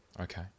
okay